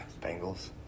Bengals